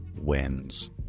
wins